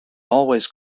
always